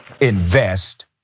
invest